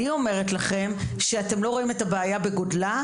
אתם לא רואים את הבעיה בגודלה,